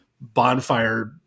bonfire